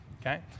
okay